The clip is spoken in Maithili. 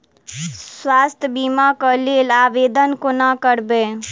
स्वास्थ्य बीमा कऽ लेल आवेदन कोना करबै?